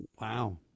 Wow